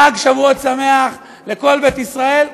חג שבועות שמח לכל בית ישראל,